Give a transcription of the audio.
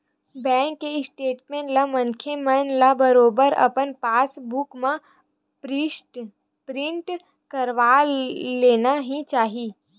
bank के statement ला मनखे मन ल बरोबर अपन पास बुक म प्रिंट करवा लेना ही चाही